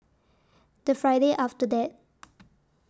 The Friday after that